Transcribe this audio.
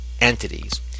entities